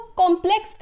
complex